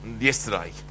yesterday